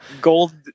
gold